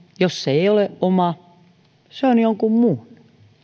jos se ei ole oma se on jonkun muun